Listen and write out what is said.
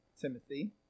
Timothy